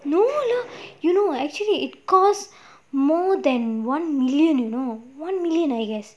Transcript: no lah you know what actually it costs more than one million you know one million I guess